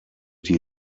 die